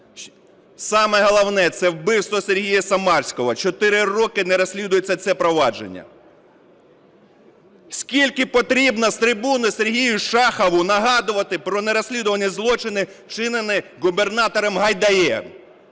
Саме головне – це вбивство Сергія Самарського. Чотири роки не розслідується це провадження. Скільки потрібно з трибуни Сергію Шахову нагадувати про не розслідувані злочини, вчинені губернатором Гайдаєм?